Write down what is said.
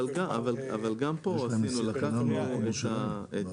אבל גם פה עשינו, לקחנו את